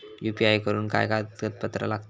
UPI करुक काय कागदपत्रा लागतत?